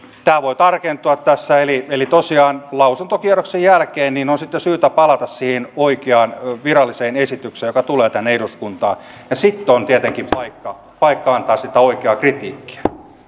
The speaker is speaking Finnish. tämä voi tarkentua tässä eli eli tosiaan lausuntokierroksen jälkeen on sitten syytä palata siihen oikeaan viralliseen esitykseen joka tulee tänne eduskuntaan ja sitten on tietenkin paikka paikka antaa sitä oikeaa kritiikkiä